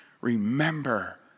remember